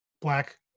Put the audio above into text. black